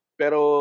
pero